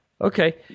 Okay